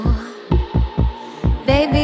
Baby